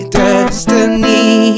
destiny